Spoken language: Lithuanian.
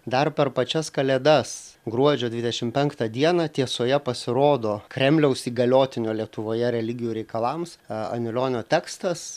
dar per pačias kalėdas gruodžio dvidešimt penktą dieną tiesoje pasirodo kremliaus įgaliotinio lietuvoje religijų reikalams a anilionio tekstas